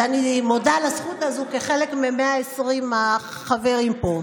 ואני מודה על הזכות הזו, מ-120 החברים פה.